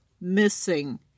missing